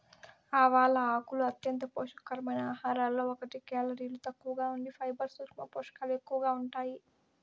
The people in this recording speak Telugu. ఆవాల ఆకులు అంత్యంత పోషక కరమైన ఆహారాలలో ఒకటి, కేలరీలు తక్కువగా ఉండి ఫైబర్, సూక్ష్మ పోషకాలు ఎక్కువగా ఉంటాయి